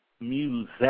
Music